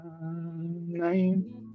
name